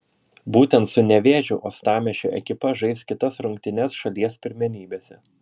būtent su nevėžiu uostamiesčio ekipa žais kitas rungtynes šalies pirmenybėse